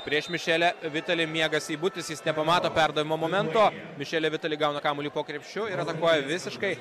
prieš mišelę vitalį miega seibutis jis nepamato perdavimo momento višėli vitali gauna kamuolį po krepšiu ir atakuoja visiškai